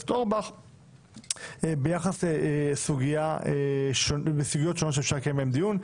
הכנסת אורבך ביחס לסוגיות שונות שאפשר לקיים בהן דיון: